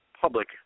public